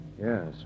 Yes